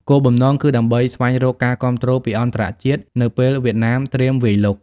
គោលបំណងគឺដើម្បីស្វែងរកការគាំទ្រពីអន្តរជាតិនៅពេលវៀតណាមត្រៀមវាយលុក។